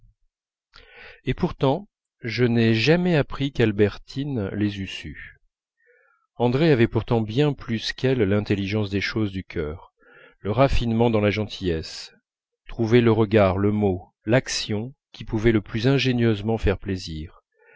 et pourtant je n'ai jamais appris qu'albertine les eût sus andrée avait pourtant bien plus qu'elle l'intelligence des choses du cœur le raffinement dans la gentillesse trouver le regard le mot l'action qui pouvaient le plus ingénieusement faire plaisir